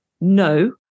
No